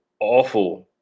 awful